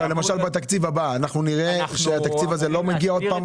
למשל בתקציב הבא אנחנו נראה שהתקציב הזה לא מגיע עוד פעם,